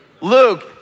Luke